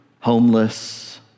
homeless